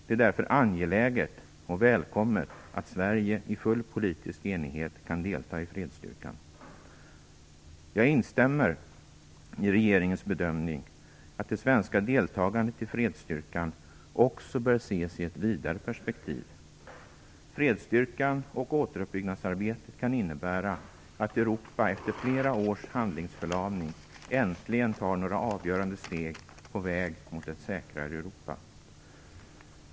Det är därför angeläget och välkommet att Sverige i full politisk enighet kan delta i fredsstyrkan. Jag instämmer i regeringens bedömning att det svenska deltagandet i fredsstyrkan också bör ses i ett vidare perspektiv. Fredsstyrkan och återuppbyggnadsarbetet kan innebära att Europa efter flera års handlingsförlamning äntligen tar några avgörande steg på väg mot ett säkrare Europa.